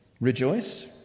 Rejoice